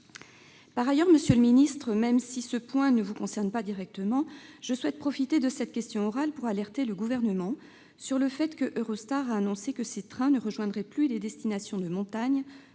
Par ailleurs, monsieur le ministre, même si ce point ne vous concerne pas directement, je souhaite profiter de cette question orale pour alerter le Gouvernement sur le fait qu'Eurostar a annoncé que ses trains ne rejoindraient plus les destinations de montagnes